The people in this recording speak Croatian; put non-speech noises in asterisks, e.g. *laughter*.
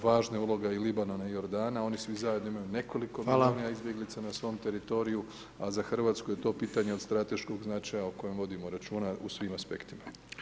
Važna je uloga Libanona i Jordana, oni svi zajedno imaju nekoliko … *unintelligible* izbjeglica na svom teritoriju, a za Hrvatsku je to pitanje od strateškog značaja o kojem vodimo računa u svim aspektima.